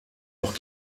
noch